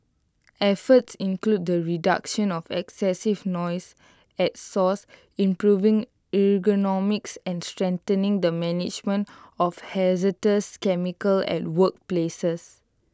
efforts include the reduction of excessive noise at source improving ergonomics and strengthening the management of hazardous chemicals at workplaces